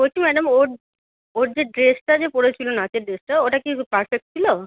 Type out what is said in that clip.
বলছি ম্যাডাম ওর ওর যে ড্রেসটা যে পরেছিল নাচের ড্রেসটা ওটা কি পারফেক্ট ছিল